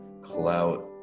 clout